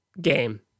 game